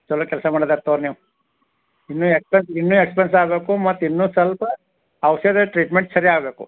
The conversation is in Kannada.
ಚಲೊ ಕೆಲಸ ಮಾಡೋದಾತರೆ ನೀವು ಇನ್ನು ಎಕ್ಸ್ಪೆನ್ಸ್ ಆಗೊಕು ಮತ್ತು ಇನ್ನು ಸ್ವಲ್ಪ ಔಷಧಿ ಟ್ರೀಟ್ಮೆಂಟ್ ಸರಿಯಾಗಿ ಬೇಕು